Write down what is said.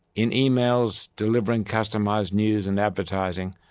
in emails delivering customised news and advertising,